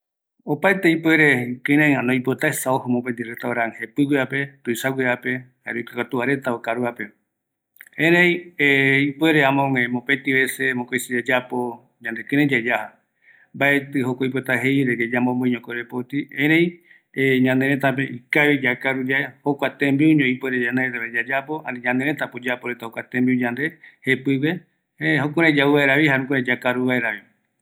Opaete ikɨreɨ ojo okaru tembiurenda jepɨguepeva, ikavi yaja amope, mbaetï oipota jei yamboboiño korepoti, ereï jokua tembiuñovi yandepuere yayapo ñanërëtä rupi, yaikatu yave yayapo tembiu